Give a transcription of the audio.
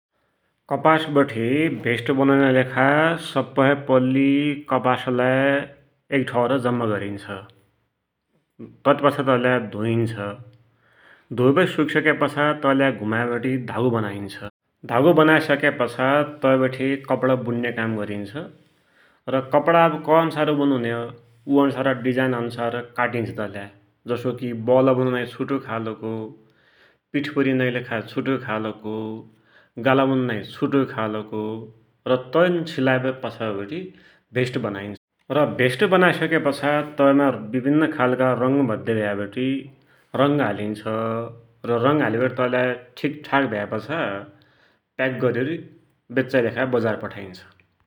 कपासबठे भेस्टु बनुनाकी लेखा सवहै पैल्ली कपासलाई एक ठौर जम्मा गरिन्छ । ततिपाछा तैलाई धोइन्छ । धोयवटी सुकिसक्यापाछा, तैलाई धुमाइबटी धागो बनाइन्छ । धागो बनाइसक्यापाछा, तैवठे कपडा बुन्या काम गरिन्छ, र कपडा कै अन्सारको बनुन्य, उइ अन्सारकम डिजाइन अन्सार काटिन्छ तैलाई, जसोकी वौला वनुनाकी छुटोइ खालको, पीठिपुरुनकी छुटोइ खालको, गाला बनुनाकी छुटोइ खालको, र तन सिलाइवटी पाछा ओवटी भेष्ट बनाइन्छ । र भेष्ट बनाइसक्यापाछा तैमा विभिन्न खालका रङ भद्याभ्यावटी रङ हालिन्छ, र रङ हालिवटी तैलाई ठिकठाक भ्या पाछा प्याक गर्योरे वेच्चाकी बजार पठाइन्छ ।